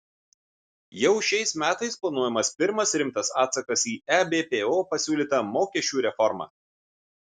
jau šiais metais planuojamas pirmas rimtas atsakas į ebpo pasiūlytą mokesčių reformą